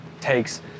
takes